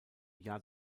jahr